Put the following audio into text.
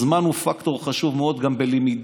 הזמן הוא פקטור חשוב מאוד גם בלמידת